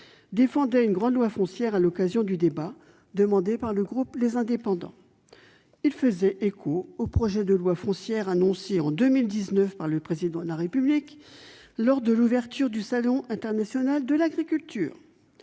d'une grande loi foncière à l'occasion d'un débat demandé par le groupe Les Indépendants. Cette déclaration faisait écho au projet de loi foncière annoncé en 2019 par le Président de la République, lors de l'ouverture du salon international de l'agriculture.